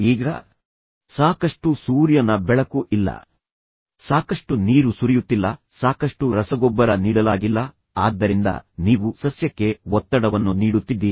ಈಗ ಸಾಕಷ್ಟು ಸೂರ್ಯನ ಬೆಳಕು ಇಲ್ಲ ಸಾಕಷ್ಟು ನೀರು ಸುರಿಯುತ್ತಿಲ್ಲ ಸಾಕಷ್ಟು ರಸಗೊಬ್ಬರ ನೀಡಲಾಗಿಲ್ಲ ಆದ್ದರಿಂದ ನೀವು ಸಸ್ಯಕ್ಕೆ ಒತ್ತಡವನ್ನು ನೀಡುತ್ತಿದ್ದೀರಿ